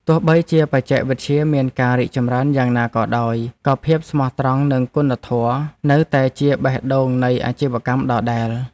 ទោះបីជាបច្ចេកវិទ្យាមានការរីកចម្រើនយ៉ាងណាក៏ដោយ ក៏ភាពស្មោះត្រង់និងគុណធម៌នៅតែជាបេះដូងនៃអាជីវកម្មដដែល។